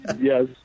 Yes